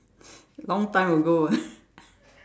long time ago ah